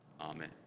Amen